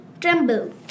Tremble